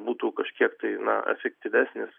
būtų kažkiek tai na efektyvesnis